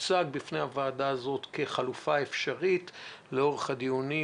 שהוצג בפני הוועדה הזאת כחלופה אפשרית לאורך הדיונים,